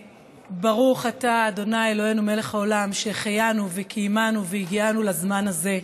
ברוך אתה ה' אלוהינו מלך העולם שהחיינו וקיימנו והגיענו לזמן הזה.